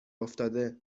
افتاده